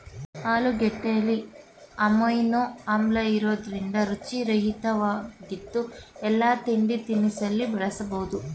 ಆಲೂಗೆಡ್ಡೆಲಿ amino ಆಮ್ಲಇರೋದ್ರಿಂದ ರುಚಿ ಹಿತರಕವಾಗಿದ್ದು ಎಲ್ಲಾ ತಿಂಡಿತಿನಿಸಲ್ಲಿ ಬಳಸ್ಬೋದು